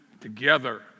together